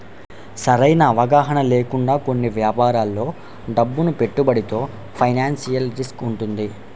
సరైన అవగాహన లేకుండా కొన్ని యాపారాల్లో డబ్బును పెట్టుబడితో ఫైనాన్షియల్ రిస్క్ వుంటది